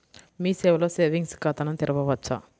మీ సేవలో సేవింగ్స్ ఖాతాను తెరవవచ్చా?